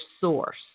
source